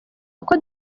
uko